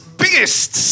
biggest